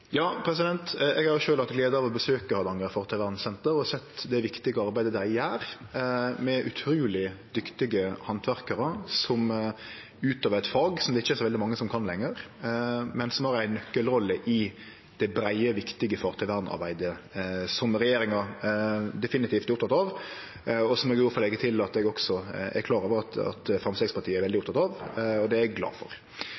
Eg har sjølv hatt glede av å besøke Hardanger fartøyvernsenter og sett det viktige arbeidet dei gjer, med utroleg dyktige handverkarar som utøver eit fag det ikkje er så mange som kan lenger, men som har ei nøkkelrolle i det breie, viktige fartøyvernarbeidet, som regjeringa definitivt er oppteken av. Eg må få leggje til at eg også er klar over at Framstegspartiet er veldig